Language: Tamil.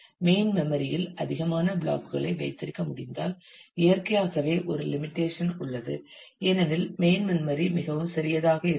மெயின் மெம்மரி இல் அதிகமான பிளாக் களை வைத்திருக்க முடிந்தால் இயற்கையாகவே ஒரு லிமிடேஷன் உள்ளது ஏனெனில் மெயின் மெம்மரி மிகவும் சிறியதாக இருக்கும்